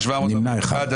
נמנעים.